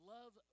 Love